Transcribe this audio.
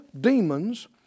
demons